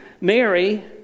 Mary